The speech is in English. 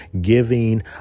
giving